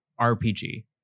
rpg